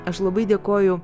aš labai dėkoju